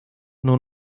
nur